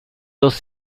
dos